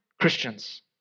Christians